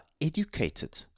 educated